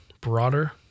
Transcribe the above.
broader